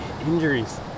Injuries